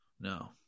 No